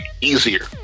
easier